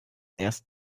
erst